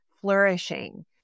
flourishing